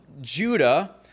Judah